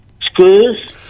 Screws